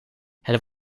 het